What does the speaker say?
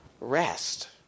rest